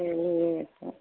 चलिए तो